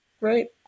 right